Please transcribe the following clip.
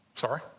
sorry